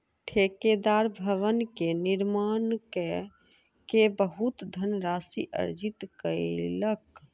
ठेकेदार भवन के निर्माण कय के बहुत धनराशि अर्जित कयलक